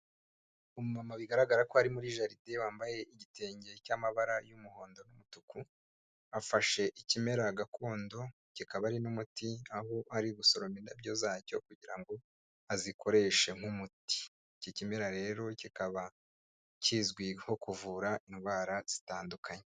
Umu mama bigaragara ko ari muri jaride wambaye igitenge cy'amabara y'umuhondo n'umutuku, afashe ikimera gakondo kikaba ari n'umuti aho ari gusoroma indabyo zacyo kugira ngo azikoreshe nk'umuti, iki kimera rero kikaba kizwi nko kuvura indwara zitandukanye.